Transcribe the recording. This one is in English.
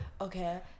Okay